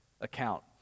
account